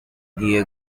دیه